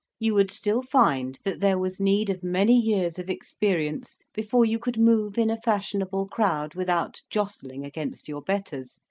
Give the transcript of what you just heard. you would still find that there was need of many years of experience, before you could move in a fashionable crowd without jostling against your betters,